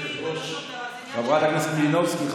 חברת הכנסת מלינובסקי.